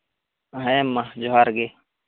ᱦᱮᱸ ᱢᱟ ᱡᱚᱸᱦᱟᱨ ᱜᱮ